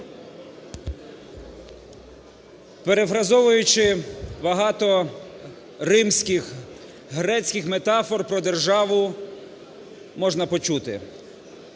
Перефразовуючи багато римських, грецьких метафор про державу, можна почути: